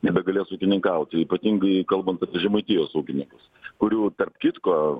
nebegalės ūkininkauti ypatingai kalbant apie žemaitijos ūkininkus kurių tarp kitko